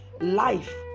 life